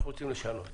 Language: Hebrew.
אנחנו רוצים לשנות.